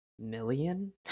Million